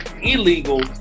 illegal